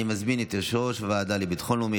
אני מזמין את יושב-ראש הוועדה לביטחון לאומי